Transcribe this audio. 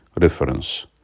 reference